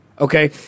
Okay